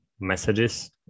messages